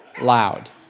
Loud